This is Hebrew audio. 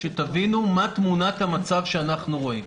שתבינו מה תמונת המצב שאנחנו רואים.